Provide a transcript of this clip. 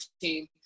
team